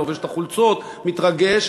לובש את החולצות ומתרגש,